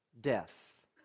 death